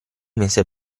mese